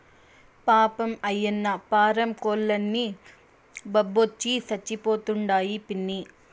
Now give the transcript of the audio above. పాపం, ఆయన్న పారం కోల్లన్నీ జబ్బొచ్చి సచ్చిపోతండాయి పిన్నీ